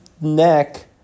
neck